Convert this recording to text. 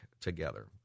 together